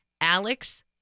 Alex